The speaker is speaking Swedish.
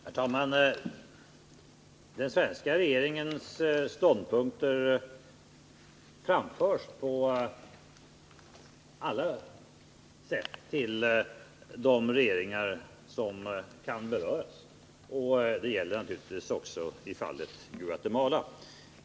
Herr talman! Den svenska regeringens ståndpunkter framförs på alla sätt till berörda regeringar. Det gäller naturligtvis också i fallet Guatemala.